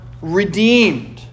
redeemed